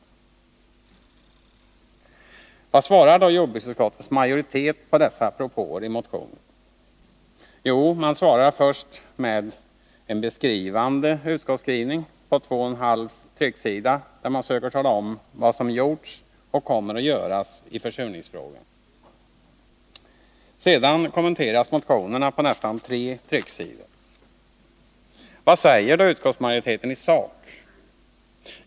Vad svarar då jordbruksutskottets majoritet på dessa propåer i motionen? Jo, man svarar först med en beskrivande utskottsskrivning på två och en halv trycksida, där man söker tala om vad som gjorts och kommer att göras i försurningsfrågan. Sedan kommenteras motionerna på nästan tre trycksidor. Vad säger utskottsmajoriteten i sak?